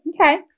Okay